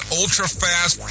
ultra-fast